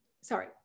sorry